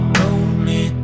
lonely